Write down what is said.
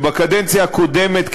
שבקדנציה הקודמת,